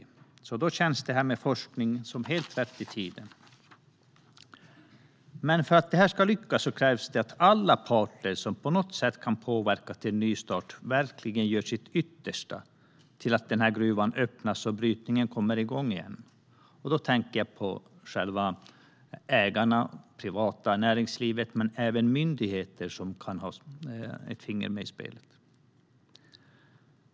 Forskning känns helt rätt i tiden. För att arbetet ska lyckas krävs att alla parter som på något sätt kan påverka till en nystart verkligen gör sitt yttersta för att gruvan öppnas och brytningen kommer igång igen. Jag tänker på ägarna, det privata näringslivet och även myndigheter som kan ha ett finger med i spelet.